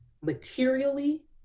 materially